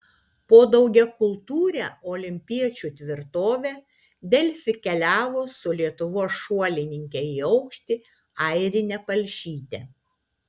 po daugiakultūrę olimpiečių tvirtovę delfi keliavo su lietuvos šuolininke į aukštį airine palšyte